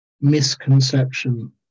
misconception